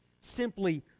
simply